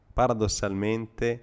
paradossalmente